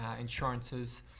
insurances